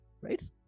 right